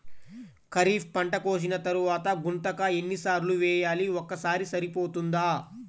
ఖరీఫ్ పంట కోసిన తరువాత గుంతక ఎన్ని సార్లు వేయాలి? ఒక్కసారి సరిపోతుందా?